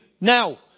now